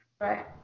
Right